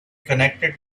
connected